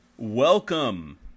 Welcome